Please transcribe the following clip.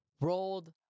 rolled